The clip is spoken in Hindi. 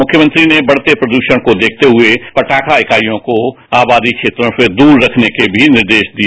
मुख्यमंत्री ने बढ़ते प्रदूषण को देखते हुए पटाखा इकाइवों को आबादी क्षेत्रों से दूर रखने के भी निर्देश दिए